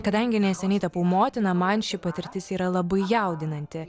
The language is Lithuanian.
kadangi neseniai tapau motina man ši patirtis yra labai jaudinanti